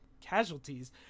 casualties